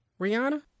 Rihanna